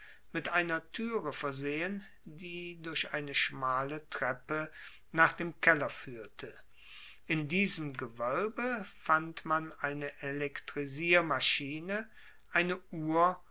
mit einer türe versehen die durch eine schmale treppe nach dem keller führte in diesem gewölbe fand man eine elektrisiermaschine eine uhr